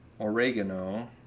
oregano